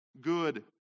good